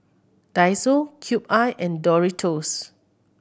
Daiso Cube I and Doritos